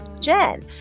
Jen